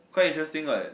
quite interesting what